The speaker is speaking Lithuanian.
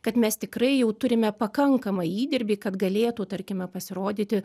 kad mes tikrai jau turime pakankamą įdirbį kad galėtų tarkime pasirodyti